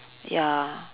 ya